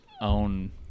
own